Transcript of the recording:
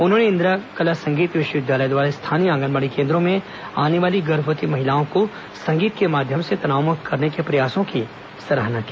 उन्होंने इंदिरा कला तथा संगीत विश्वविद्यालय द्वारा स्थानीय आंगनबाड़ी केन्द्रों में आने वाली गर्भवती महिलाओं को संगीत के माध्यम से तनाव मुक्त करने के प्रयासों की सराहना की